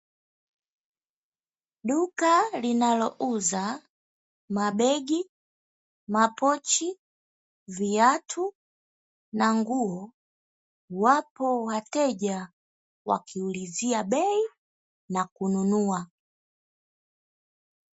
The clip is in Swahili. Duka linalo uza mabegi, mapochi, viatu na nguo wapo wateja wakiulizia bei na kununua.